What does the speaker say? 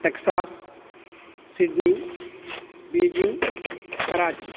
Texas Sydney Beijing Karachi